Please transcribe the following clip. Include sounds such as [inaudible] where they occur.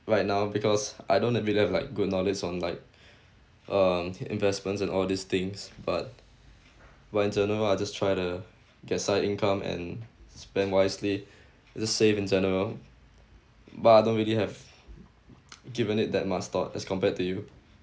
right now because I don't like good knowledge on like uh investments and all these things but in general I just try to get side income and spend wisely just save in general but I don't really have [noise] given it that much thought as compared to you